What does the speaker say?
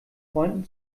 freunden